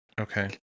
Okay